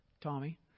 Tommy